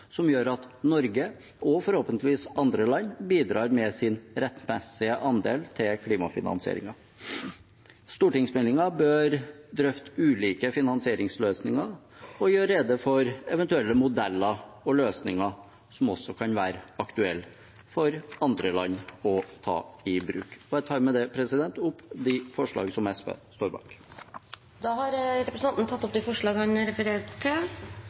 som gjør at Norge, og forhåpentligvis andre land, bidrar med sin rettmessige andel til klimafinansieringen. Stortingsmeldingen bør drøfte ulike finansieringsløsninger og gjøre rede for eventuelle modeller og løsninger som også kan være aktuelle for andre land å ta i bruk. Jeg tar med det opp forslaget fra SV. Representanten Lars Haltbrekken har tatt opp det forslaget han refererte til.